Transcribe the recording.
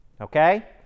okay